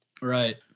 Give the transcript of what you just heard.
Right